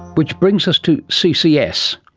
which brings us to ccs.